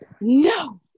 no